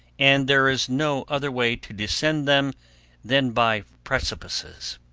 and there is no other way to descend them than by precipices.